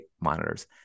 monitors